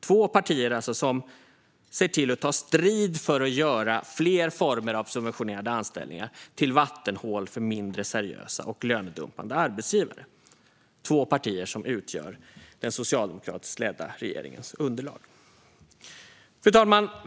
Det är fråga om två partier som ser till att ta strid för att göra fler former av subventionerade anställningar till vattenhål för mindre seriösa och lönedumpande arbetsgivare. Det är fråga om två partier som utgör den socialdemokratiskt ledda regeringens underlag. Fru talman!